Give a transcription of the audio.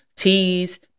Teas